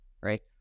right